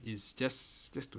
it's just